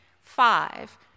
Five